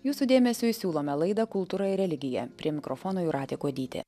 jūsų dėmesiui siūlome laidą kultūra ir religija prie mikrofono jūratė kuodytė